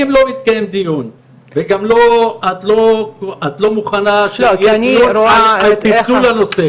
אם לא מתקיים דיון ואת לא מוכנה שיהיה דיון על פיצול הנושא